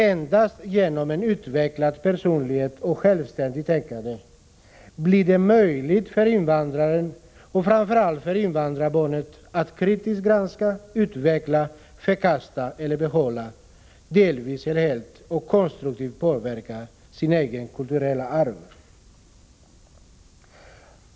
Endast genom utvecklad personlighet och ett självständigt tänkande blir det möjligt för invandraren och framför allt för invandrarbarnet att kritiskt granska, utveckla, förkasta eller behålla, delvis eller helt, och konstruktivt påverka sitt eget kulturella arv.